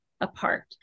apart